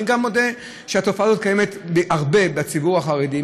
אני מודה שהתופעה הזאת קיימת הרבה בציבור החרדי,